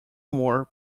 more